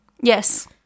Yes